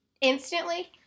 instantly